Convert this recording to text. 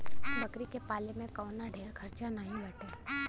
बकरी के पाले में कवनो ढेर खर्चा नाही बाटे